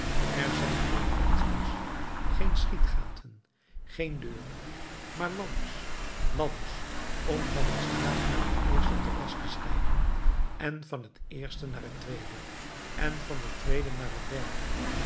er zijn geen vensters geen schietgaten geen deur maar ladders ladders om van de straat naar het eerste terras te stijgen en van het eerste naar het tweede en van het tweede naar het derde